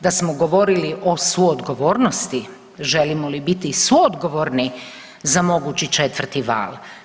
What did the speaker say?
Da smo govorili o suodgovornosti, želimo li biti suodgovorni za mogući četvrti val?